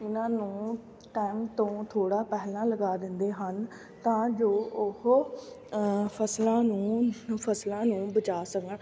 ਉਹਨਾਂ ਨੂੰ ਟਾਈਮ ਤੋਂ ਥੋੜਾ ਪਹਿਲਾਂ ਲਗਾ ਦਿੰਦੇ ਹਨ ਤਾਂ ਜੋ ਉਹ ਫਸਲਾਂ ਨੂੰ ਫਸਲਾਂ ਨੂੰ ਬਚਾ ਸਕਣ